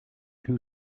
who